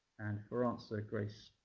and, for answer, grace